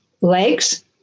legs